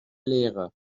lehre